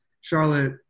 Charlotte